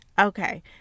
Okay